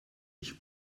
ich